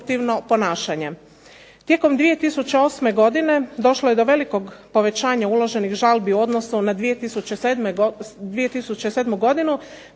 Tijekom 2008. godine došlo je do velikog povećanja uloženih žalbi u odnosu na 2007. godinu